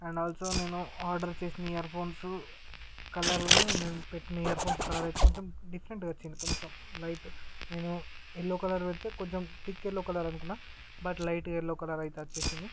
and also నేను order చేసిన earphones కలర్ను నేను పెట్టిన ఇయర్ ఫోన్స్ కలర్ అయితే కొంచెం డిఫరెంట్ వచ్చింది కొంచెం లైట్ నేను ఎల్లో కలర్ పెడితే కొంచెం తిక్ ఎల్లో కలర్ అనుకున్న బట్ లైట్ ఎల్లో కలర్ అయితే వచ్చేసింది